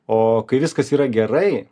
o kai viskas yra gerai